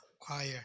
choir